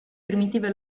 primitive